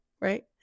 right